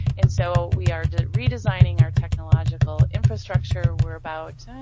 and so we are redesigning our technological infrastructure. we're about,